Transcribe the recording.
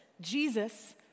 Jesus